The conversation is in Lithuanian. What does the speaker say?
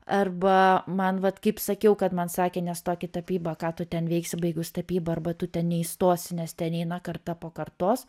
arba man vat kaip sakiau kad man sakė nestok į tapybą ką tu ten veiksi baigus tapybą arba tu ten neįstosi nes ten eina karta po kartos